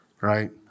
right